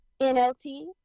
NLT